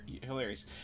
hilarious